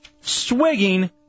swigging